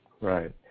Right